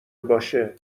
باشه